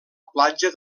platja